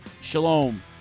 Shalom